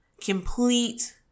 complete